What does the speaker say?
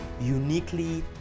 uniquely